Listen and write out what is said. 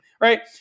right